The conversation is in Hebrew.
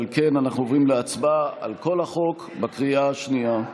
אנחנו עוברים להצבעה על כל החוק בקריאה שנייה.